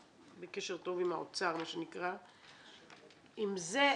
בקשר טוב עם האוצר, מה שנקרא, אם זה,